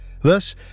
Thus